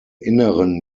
inneren